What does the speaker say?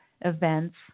events